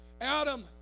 Adam